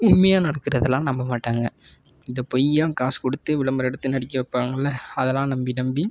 உண்மையாக நடக்கிறதுலாம் நம்ப மாட்டாங்க இந்த பொய்யாக காசு கொடுத்து விளம்பரம் எடுத்து நடிக்க வைப்பாங்கள்ல அதெல்லாம் நம்பி நம்பி